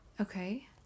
Okay